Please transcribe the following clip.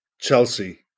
Chelsea